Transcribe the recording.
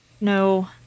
no